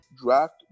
draft